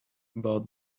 about